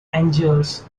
angels